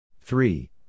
three